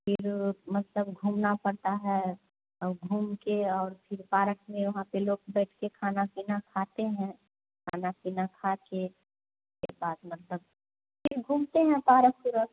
कि लोग मतलब घूमना पड़ता है और घूम कर और फिर पारक में वहाँ पर लोग बैठ कर खाना पीना खाते हैं खाना पीना खा कर के बाद मतलब फिर घूमते हैं पारक पूरा